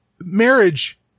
marriage